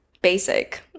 basic